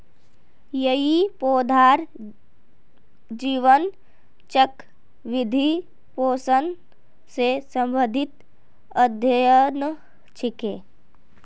यई पौधार जीवन चक्र, वृद्धि, पोषण स संबंधित अध्ययन छिके